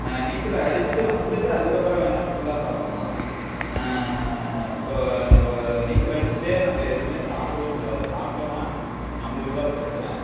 நீச்சல் அடிச்சிட்டு வந்துட்டு அதுக்கப்பறம் வேணா ஃபுல்லா சாப்பிட்லாம் இப்போ ஓ நீச்சல் அடிச்சிகிட்டே நம்ம எதுவுமே சாப்பிடவும் கூடாது சாப்பிட்டோனா நம்மளுக்கு தான் பிரச்சனை